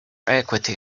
equity